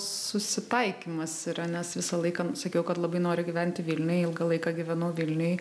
susitaikymas yra nes visą laiką sakiau kad labai noriu gyventi vilniuj ilgą laiką gyvenau vilniuj